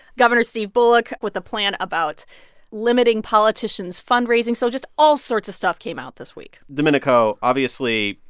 governor steve bullock with a plan about limiting politicians' fundraising. so just all sorts of stuff came out this week domenico, obviously,